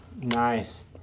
Nice